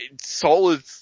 solid